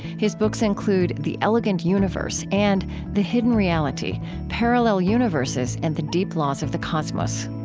his books include the elegant universe and the hidden reality parallel universes and the deep laws of the cosmos